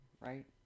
right